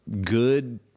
good